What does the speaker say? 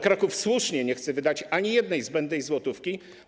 Kraków słusznie nie chce wydać ani jednej zbędnej złotówki.